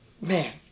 man